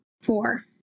four